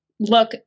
look